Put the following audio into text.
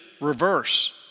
reverse